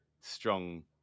strong